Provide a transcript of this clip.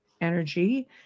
energy